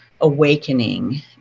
awakening